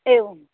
एवम्